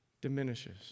diminishes